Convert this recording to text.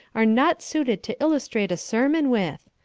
are not suited to illustrate a sermon with.